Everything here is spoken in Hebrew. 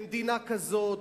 במדינה כזאת,